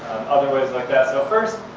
other ways like that. so first,